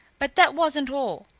but that wasn't all.